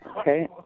Okay